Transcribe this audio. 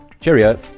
Cheerio